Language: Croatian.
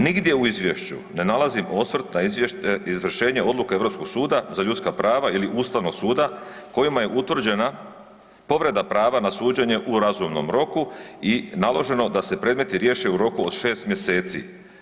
Nigdje u izvješću ne nalazim osvrt na izvršenje odluke Europskog suda za ljudska prava ili Ustavnog suda kojima je utvrđena povreda prava na suđenje u razumnom roku i naloženo da se predmeti riješe u roku od 6 mjeseci.